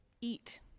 eat